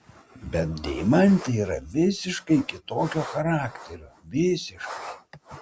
bet deimantė yra visiškai kitokio charakterio visiškai